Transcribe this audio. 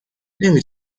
نمی